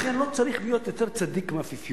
לכן לא צריך להיות יותר צדיק מהאפיפיור.